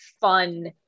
fun